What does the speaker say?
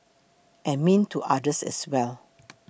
and mean to others as well